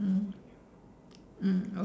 mm mm